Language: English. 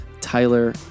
Tyler